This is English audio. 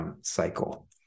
cycle